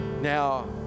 Now